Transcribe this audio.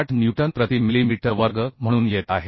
8न्यूटन प्रति मिलीमीटर वर्ग म्हणून येत आहे